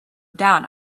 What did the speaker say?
down